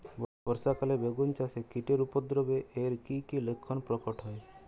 বর্ষা কালে বেগুন গাছে কীটের উপদ্রবে এর কী কী লক্ষণ প্রকট হয়?